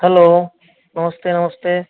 hello नमस्ते नमस्ते